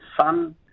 fun